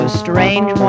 strange